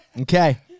Okay